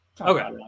okay